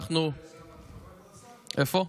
אנחנו, אגב,